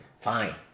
Fine